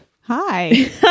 Hi